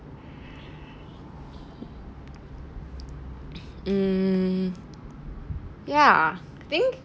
mm ya I think